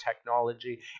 technology